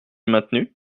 maintenu